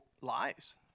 lies